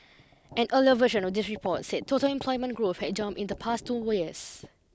an earlier version of this report said total employment growth had jumped in the past two wills